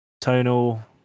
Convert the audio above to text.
tonal